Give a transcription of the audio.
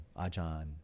Ajahn